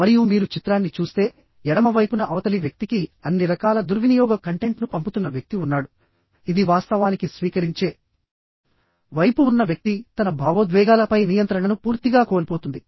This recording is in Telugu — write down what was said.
మరియు మీరు చిత్రాన్ని చూస్తే ఎడమ వైపున అవతలి వ్యక్తికి అన్ని రకాల దుర్వినియోగ కంటెంట్ను పంపుతున్న వ్యక్తి ఉన్నాడు ఇది వాస్తవానికి స్వీకరించే వైపు ఉన్న వ్యక్తి తన భావోద్వేగాలపై నియంత్రణను పూర్తిగా కోల్పోతుంది